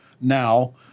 now